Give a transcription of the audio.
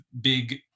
big